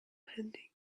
pending